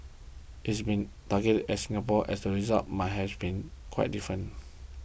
it has been targeted at Singapore as results might have been quite different